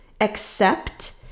accept